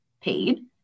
paid